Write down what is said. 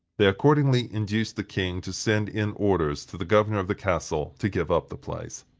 they accordingly induced the king to send in orders to the governor of the castle to give up the place.